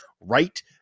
right